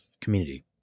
community